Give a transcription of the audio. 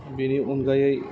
बेनि अनगायै